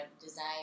design